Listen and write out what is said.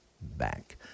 back